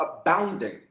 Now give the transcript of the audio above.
abounding